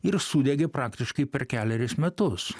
ir sudegė praktiškai per kelerius metus